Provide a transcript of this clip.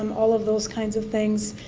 um all of those kinds of things.